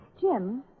Jim